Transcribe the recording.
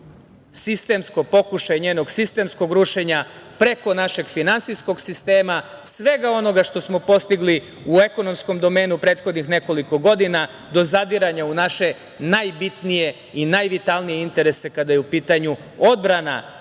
i na pokušaj sistemskog rušenja preko našeg finansijskog sistema, svega onoga što smo postigli u ekonomskom domenu prethodnih nekoliko godina, do zadiranja u naše najbitnije i najvitalnije interese kada je u pitanju odbrana